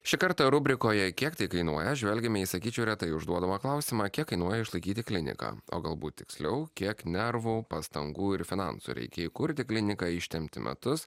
šį kartą rubrikoje kiek tai kainuoja žvelgiame į sakyčiau retai užduodamą klausimą kiek kainuoja išlaikyti kliniką o galbūt tiksliau kiek nervų pastangų ir finansų reikia įkurti kliniką ištempti metus